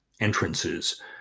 entrances